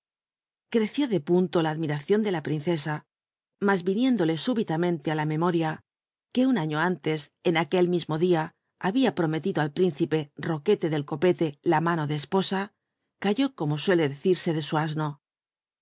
creció de punto la admiracion do la princesa mas yiniéndole súbitamente it la memoria qne un aiio antes biblioteca nacional de españa vn aquel misnl dia hahia prometido al príncipe jlor udc del copete la mano de l posa ca tí oillo uclc decirse d su asno